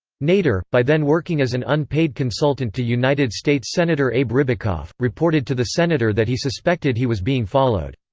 nader, by then working as an unpaid consultant to united states senator abe ribicoff, reported to the senator that he suspected he was being followed.